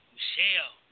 Michelle